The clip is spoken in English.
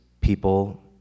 people